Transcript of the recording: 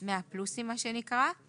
מה שנקרא 100 פלוסים.